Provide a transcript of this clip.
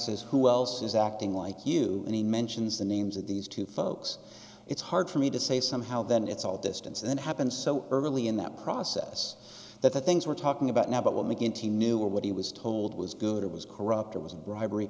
says who else is acting like you and he mentions the names of these two folks it's hard for me to say somehow then it's all distance that happened so early in that process that the things we're talking about now but will make in hundred knew what he was told was good or was corrupt or was bribery